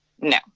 no